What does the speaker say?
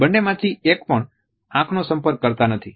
બંને માંથી એક પણ આંખનો સંપર્ક કરતા નથી